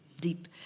deep